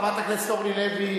חברת הכנסת אורלי לוי,